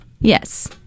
Yes